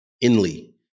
Inly